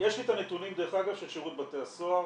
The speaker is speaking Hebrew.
יש לי את הנתונים של שירות בתי הסוהר